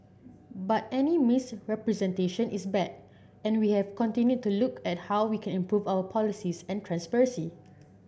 but any misrepresentation is bad and we have continued to look at how we can improve our policies and transparency